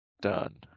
Done